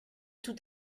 tout